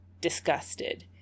disgusted